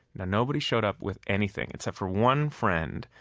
nobody showed up with anything except for one friend,